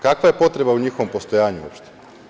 Kakva je potreba u njihovom postojanju uopšte?